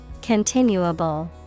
Continuable